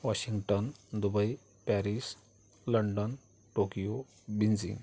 Washington Dubai Paris London Tokyo Beijing